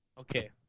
Okay